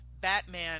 Batman